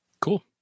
cool